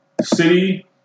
City